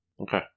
Okay